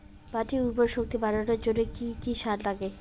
মাটির উর্বর শক্তি বাড়ানোর জন্য কি কি সার লাগে?